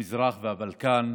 המזרח והבלקן,